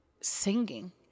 singing